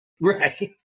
Right